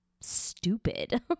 stupid